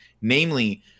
Namely